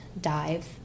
dive